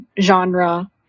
genre